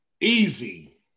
Easy